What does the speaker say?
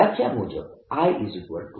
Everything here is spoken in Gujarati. વ્યાખ્યા મુજબ IJ